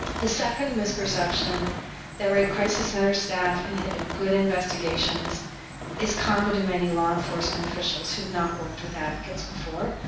the second misperception that rape crisis center staff inhibit good investigations is common to many law enforcement officials who have not worked with advocates before.